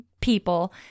people